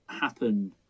happen